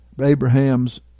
Abraham's